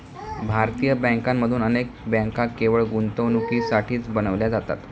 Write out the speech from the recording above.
भारतीय बँकांमधून अनेक बँका केवळ गुंतवणुकीसाठीच बनविल्या जातात